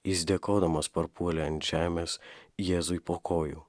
jis dėkodamas parpuolė ant žemės jėzui po kojų